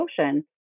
ocean